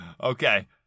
Okay